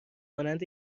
مانند